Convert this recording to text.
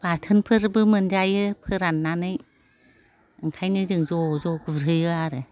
बाथोनफोरबो मोनजायो फोराननानै ओंखायनो जों ज' ज' गुरहैयो आरो